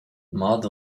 mudd